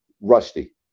rusty